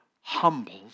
humbled